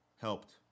helped